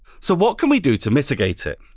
so what can we do to mitigate it?